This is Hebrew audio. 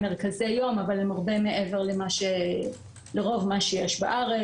"מרכזי יום" אבל הם הרבה מעבר למה שלרוב יש בארץ.